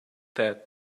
that